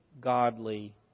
godly